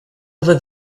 over